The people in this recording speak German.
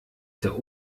der